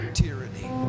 tyranny